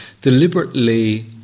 deliberately